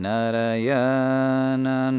Narayana